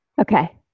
Okay